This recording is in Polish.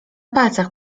palcach